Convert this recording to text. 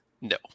No